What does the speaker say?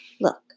look